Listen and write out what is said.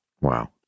Wow